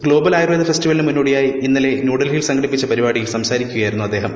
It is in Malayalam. ഗ്ലോബൽ ആയൂർവേദ ്ഫെസ്റ്റിവലിന് മുന്നോടിയായി ഇന്നലെ ന്യൂഡൽഹിയിൽ സംഘടിപ്പിച്ചു പരിപാടിയിൽ സംസാരിക്കുകയായിരുന്നു അദ്ദേഹം